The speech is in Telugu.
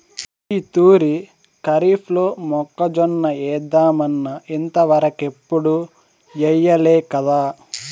ఈ తూరి కరీఫ్లో మొక్కజొన్న ఏద్దామన్నా ఇంతవరకెప్పుడూ ఎయ్యలేకదా